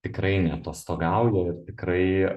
tikrai neatostogauja ir tikrai